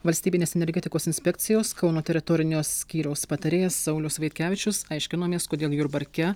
valstybinės energetikos inspekcijos kauno teritorinio skyriaus patarėjas saulius vaitkevičius aiškinomės kodėl jurbarke